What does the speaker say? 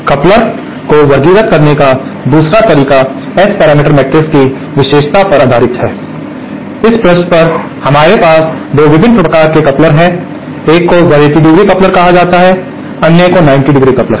coupler को वर्गीकृत करने का दूसरा तरीका एस पैरामीटर मैट्रिक्स की विशेषता पर आधारित है इस पृष्ठ पर हमारे पास 2 विभिन्न प्रकार के कपलर हैं एक को 180° कपलर और कहा जाता है अन्य को 90° कपलर